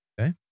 okay